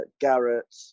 Garrett